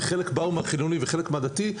וחלק באו מהחילוני וחלק בדתי,